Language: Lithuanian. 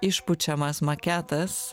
išpučiamas maketas